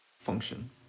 Function